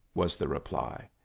was the reply.